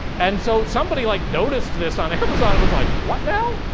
and so somebody like noticed this on amazon and was like, what now?